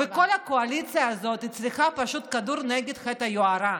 וכל הקואליציה הזאת צריכה פשוט כדור נגד חטא היוהרה.